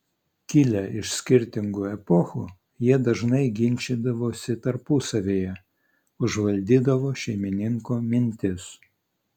kilę iš skirtingų epochų jie dažnai ginčydavosi tarpusavyje užvaldydavo šeimininko mintis